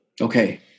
Okay